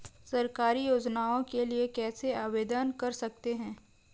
सरकारी योजनाओं के लिए कैसे आवेदन कर सकते हैं?